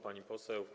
Pani Poseł!